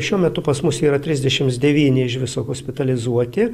šiuo metu pas mus yra trisdešimts devyni iš viso hospitalizuoti